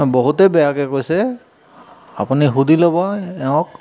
বহুতেই বেয়াকৈ কৈছে আপুনি সুধি ল'ব এওঁক